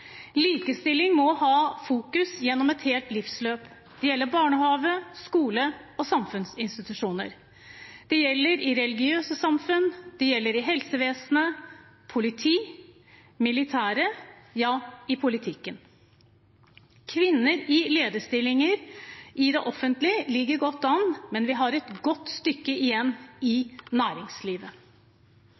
Likestilling må det fokuseres på gjennom hele livsløpet. Det gjelder i barnehagen, på skolen og i samfunnsinstitusjoner. Det gjelder i religiøse samfunn, det gjelder i helsevesenet, i politiet, i militæret og i politikken. Kvinner i lederstillinger i det offentlige ligger godt an, men vi har et godt stykke igjen i næringslivet.